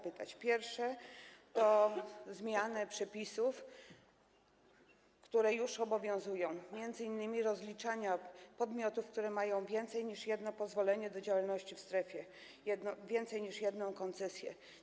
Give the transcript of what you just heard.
Po pierwsze, o zmianę przepisów, które już obowiązują, m.in. o rozliczanie podmiotów, które mają więcej niż jedno pozwolenie na działalność w strefie, więcej niż jedną koncesję.